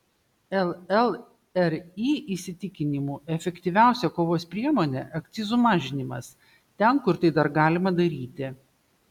llri įsitikinimu efektyviausia kovos priemonė akcizų mažinimas ten kur tai dar galima daryti